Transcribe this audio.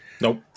Nope